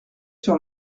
sur